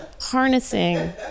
Harnessing